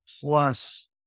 plus